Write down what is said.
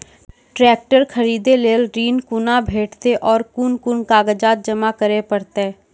Tractor खरीदै लेल ऋण कुना भेंटते और कुन कुन कागजात जमा करै परतै?